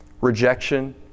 rejection